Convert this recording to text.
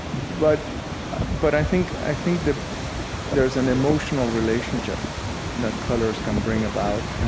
but but i think i think that there's an emotional relationship that colors can bring about,